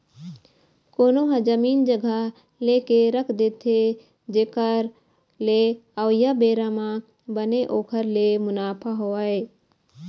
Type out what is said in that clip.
कोनो ह जमीन जघा लेके रख देथे जेखर ले अवइया बेरा म बने ओखर ले मुनाफा होवय